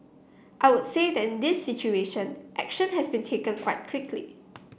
I would say that in this situation action has been taken quite quickly